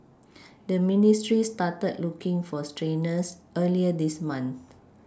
the ministry started looking for trainers earlier this month